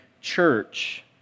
church